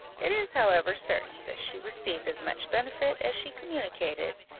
it is however certain, that she received as much benefit as she communicated,